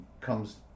comes